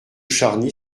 charny